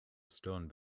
stone